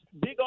big